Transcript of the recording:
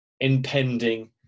impending